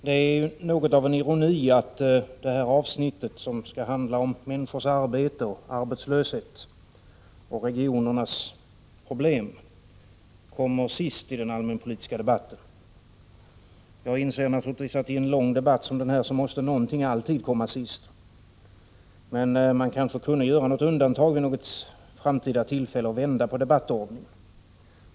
Herr talman! Det är något av en ironi att detta avsnitt, som skall handla om människors arbete och arbetslöshet och regionernas problem, kommer sist i den allmänpolitiska debatten. Jag inser naturligtvis att någonting alltid måste komma sist i en lång debatt som denna. Men vid något framtida tillfälle kunde man kanske göra ett undantag och vända på debattordningen.